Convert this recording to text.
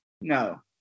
No